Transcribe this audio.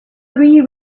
three